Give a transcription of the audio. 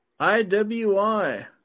IWI